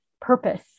purpose